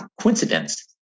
coincidence